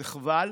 וחבל.